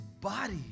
body